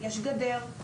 יש גדר,